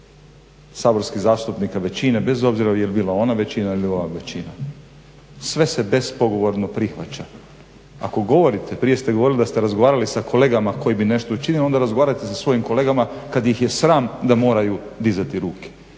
saborskih zastupnika većine bez obzira bila ona većina ili ova većina. Sve se bespogovorno prihvaća. Ako govorite, prije ste govorili da ste razgovarali sa kolegama koji bi nešto učinio onda razgovarajte sa svojim kolegama kada ih je sram da moraju dizati ruke.